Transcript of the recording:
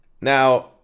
Now